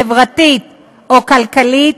חברתית או כלכלית,